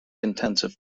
intensive